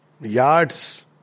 yards